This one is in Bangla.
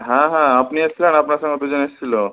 হ্যাঁ হ্যাঁ আপনি এসেছিলেন আপনার সঙ্গে দুজন এসেছিল